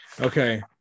Okay